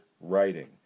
writing